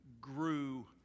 grew